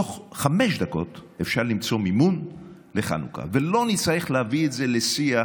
בתוך חמש דקות אפשר למצוא מימון לחנוכה ולא נצטרך להביא את זה לשיח